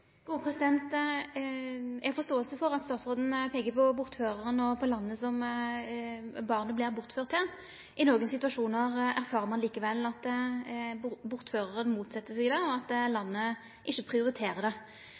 Eg har forståing for at statsråden peikar på bortføraren og på landet som barnet vert bortført til. I nokre situasjonar erfarer ein likevel at bortføraren motset seg det, og at landet ikkje prioriterer det.